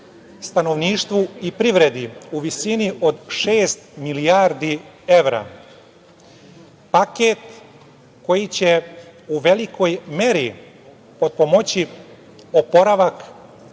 stanovništvu i privredi u visini od šest milijardi evra. Paket koji će u velikoj meri potpomoći oporavak,